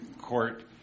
Court